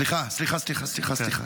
סליחה, סליחה, סליחה.